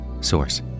Source